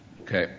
Okay